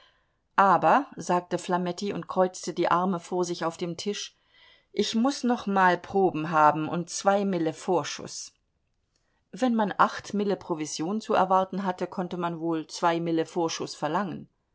aber sagte flametti und kreuzte die arme vor sich auf dem tisch ich muß nochmal proben haben und zwei mille vorschuß wenn man acht mille provision zu erwarten hatte konnte man wohl zwei mille vorschuß verlangen